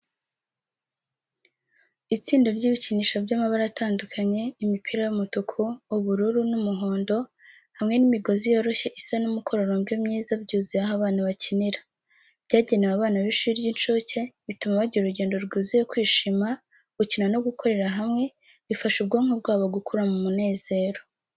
Itsinda ry’ibikinisho by’amabara atandukanye, imipira y’umutuku, ubururu n’umuhondo, hamwe n’imigozi yoroshye isa n’umukororombya myiza, byuzuye aho abana bakinira. Byagenewe abana b’ishuri ry’incuke, bituma bagira urugendo rwuzuye kwishima, gukina no gukorera hamwe, bifasha ubwonko bwabo gukura mu munezero.